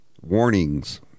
warnings